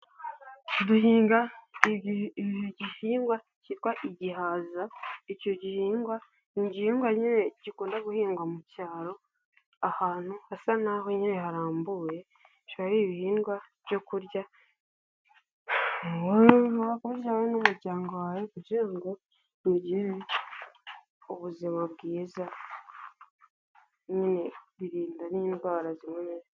Duhinga igihingwa kitwa igihaza, icyo gihingwa ni igihingwa gikunda guhingwa mu cyaro, ahantu hasa naho nyine harambuye, ari ibihingwa byo kurya n'umuryango wawe kugira ngo mugire ubuzima bwiza, birinda n'indwara.